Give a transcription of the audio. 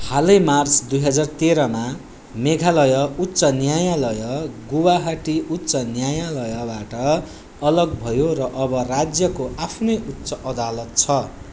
हालै मार्च दुई हजार तेह्रमा मेघालय उच्च न्यायालय गुवाहाटी उच्च न्यायालयबाट अलग भयो र अब राज्यको आफ्नै उच्च अदालत छ